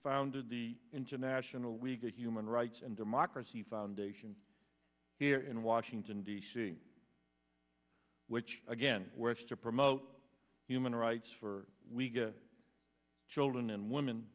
founded the international legal human rights and democracy foundation here in washington d c which again where is to promote human rights for we get children and women